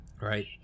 right